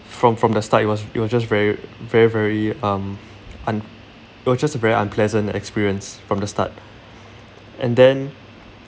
from from the start it was it was just very very very um un~ it was just a very unpleasant experience from the start and then